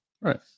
Right